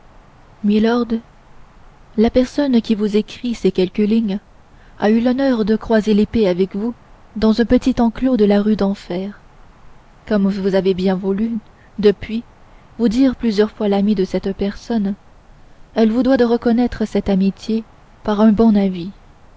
milord la personne qui vous écrit ces quelques lignes a eu l'honneur de croiser l'épée avec vous dans un petit enclos de la rue d'enfer comme vous avez bien voulu depuis vous dire plusieurs fois l'ami de cette personne elle vous doit de reconnaître cette amitié par un bon avis